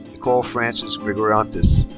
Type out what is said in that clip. nicole frances grigoryants.